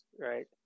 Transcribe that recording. right